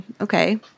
okay